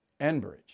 Enbridge